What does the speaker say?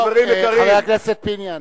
חברים יקרים, חבר הכנסת פיניאן,